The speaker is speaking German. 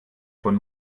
von